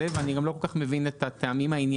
ואני גם לא כל כך מבין את הטעמים הענייניים,